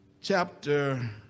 chapter